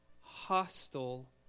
hostile